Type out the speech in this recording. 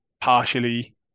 partially